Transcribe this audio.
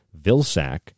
Vilsack